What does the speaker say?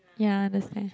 ya ah that's why